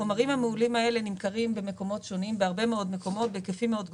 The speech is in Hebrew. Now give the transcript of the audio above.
החומרים המהולים האלה נמכרים בהרבה מאוד מקומות ובהיקפים מאוד גדולים.